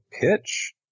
pitch